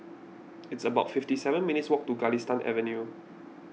it's about fifty seven minutes' walk to Galistan Avenue